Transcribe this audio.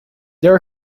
there